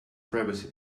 privacy